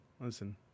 listen